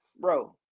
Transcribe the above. bro